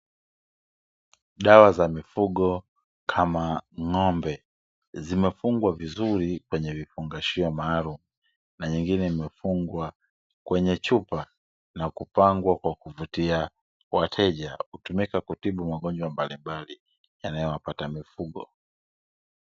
Dawa za mifugo kama ng’ombe, zimefungwa vizuri kwenye vifungashio maalumu, na nyingine zimefungwa kwenye chupa na kupangwa kwa kuvutia wateja. Hutumika kwa kutibu magonjwa mbalimbali yanayowapata mifugo.